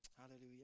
Hallelujah